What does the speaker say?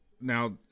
now